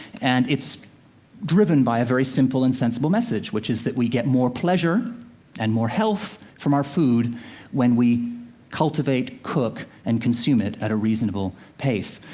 and it's driven by a very simple and sensible message, which is that we get more pleasure and more health from our food when we cultivate, cook and consume it at a reasonable pace.